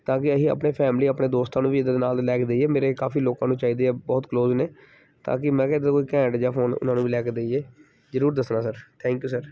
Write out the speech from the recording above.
ਤਾਂ ਕਿ ਅਸੀਂ ਆਪਣੇ ਫੈਮਲੀ ਆਪਣੇ ਦੋਸਤਾਂ ਨੂੰ ਵੀ ਇਹਦੇ ਦੇ ਨਾਲ ਲੈ ਕੇ ਦੇਈਏ ਮੇਰੇ ਕਾਫ਼ੀ ਲੋਕਾਂ ਨੂੰ ਚਾਹੀਦੇ ਆ ਬਹੁਤ ਕਲੋਜ਼ ਨੇ ਤਾਂ ਕਿ ਮੈਂ ਕਿਹਾ ਇੱਦਾ ਦਾ ਕੋਈ ਘੈਂਟ ਜਿਹਾ ਫੋਨ ਉਹਨਾਂ ਨੂੰ ਵੀ ਲੈ ਕੇ ਦੇਈਏ ਜ਼ਰੂਰ ਦੱਸਣਾ ਸਰ ਥੈਂਕ ਯੂ ਸਰ